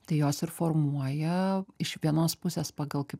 tai jos ir formuoja iš vienos pusės pagal kaip